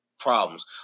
problems